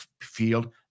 field